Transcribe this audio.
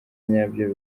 nyabyo